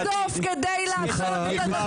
בסוף כדי לעשות את הדבר הנכון למען הציבור צריך אומץ.